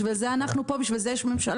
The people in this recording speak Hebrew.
בשביל זה אנחנו פה, בשביל זה יש ממשלה.